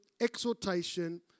exhortation